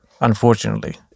unfortunately